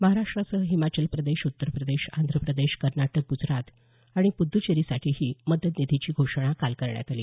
महाराष्ट्रासह हिमाचल प्रदेश उत्तर प्रदेश आंध्र प्रदेश कर्नाटक ग्जरात आणि पुदुच्चेरीसाठीही मदत निधीची घोषणा काल करण्यात आली